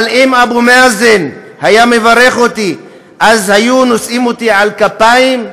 אבל אם אבו מאזן היה מברך אותי אז היו נושאים אותי על כפיים?